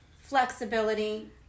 flexibility